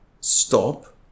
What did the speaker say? stop